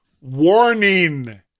warning